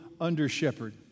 under-shepherd